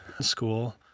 school